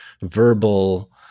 verbal